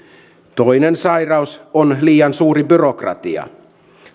toinen sairaus on liian suuri byrokratia